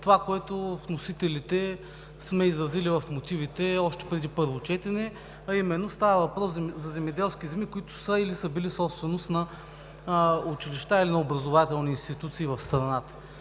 това, което вносителите сме изразили в мотивите още преди първото четене, а именно става въпрос за земеделски земи, които са или са били собственост на училища или на образователни институции в страната.